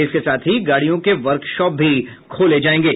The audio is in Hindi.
इसके साथ ही गाड़ियों के वर्कशाप भी खोले जायेंगे